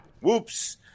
whoops